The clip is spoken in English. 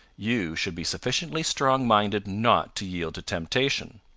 you should be sufficiently strong-minded not to yield to temptation.